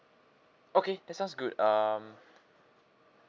okay that sounds good um